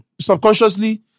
subconsciously